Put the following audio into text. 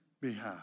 behalf